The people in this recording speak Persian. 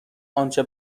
آنچه